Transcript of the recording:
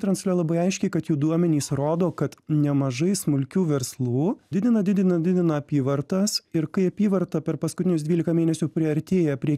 transliuoja labai aiškiai kad jų duomenys rodo kad nemažai smulkių verslų didina didina didina apyvartas ir kai apyvarta per paskutinius dvylika mėnesių priartėja prie